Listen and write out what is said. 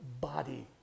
body